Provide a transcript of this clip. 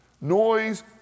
Noise